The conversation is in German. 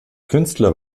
künstler